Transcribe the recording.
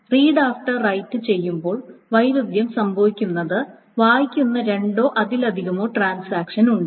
read after write ചെയ്യുമ്പോൾ വൈരുദ്ധ്യം സംഭവിക്കുന്നത് വായിക്കുന്ന രണ്ടോ അതിലധികമോ ട്രാൻസാക്ഷൻ ഉണ്ട്